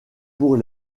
pour